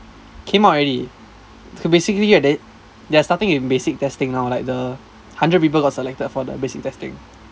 came out already so basically right then they're starting in basic testing now like the hundred people got selected for the basic testing